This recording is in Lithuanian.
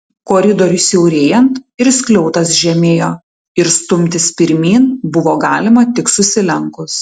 koridoriui siaurėjant ir skliautas žemėjo ir stumtis pirmyn buvo galima tik susilenkus